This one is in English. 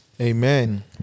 Amen